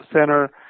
center